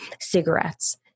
cigarettes